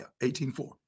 18.4